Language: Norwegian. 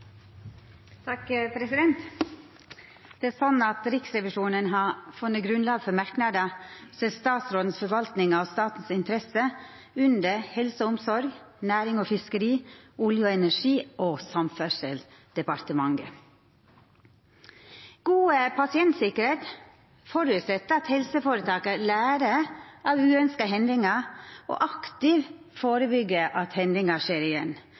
at Riksrevisjonen har funne grunnlag for merknader til statsrådens forvaltning av statens interesser under Helse- og omsorgsdepartementet, Nærings- og fiskeridepartementet, Olje- og energidepartementet og Samferdselsdepartementet. God pasientsikkerheit føreset at helseføretaka lærer av uønskte hendingar og aktivt førebyggjer at hendingar skjer igjen.